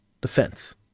defense